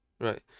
Right